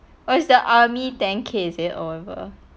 oh it's the army ten K is it I remember